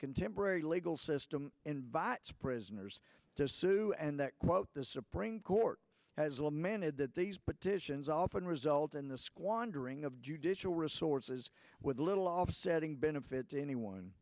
contemporary legal system invites prisoners to sue and that quote the supreme court has lamented that these petitions often result in the squandering of judicial resources with little offsetting benefit to anyone